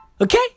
okay